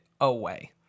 away